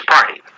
Party